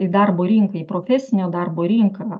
į darbo rinką į profesinio darbo rinką